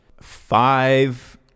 five